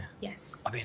Yes